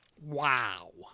Wow